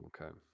Okay